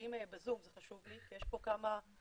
שנמצאים בזום, זה חשוב לי, כי יש פה כמה אנשים